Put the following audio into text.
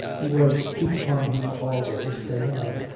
he was to keep upon him always, day and night,